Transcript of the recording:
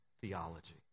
theology